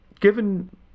given